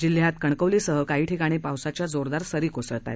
जिल्ह्यात कणकवली सह काही ठिकाणी पावसाच्या जोरदार सरी कोसळत आहे